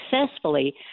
successfully